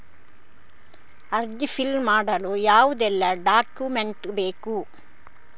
ಅರ್ಜಿ ಫಿಲ್ ಮಾಡಲು ಯಾವುದೆಲ್ಲ ಡಾಕ್ಯುಮೆಂಟ್ ಬೇಕು?